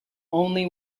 only